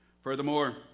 Furthermore